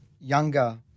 younger